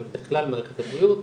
אלא בכלל מערכת הבריאות,